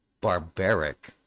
barbaric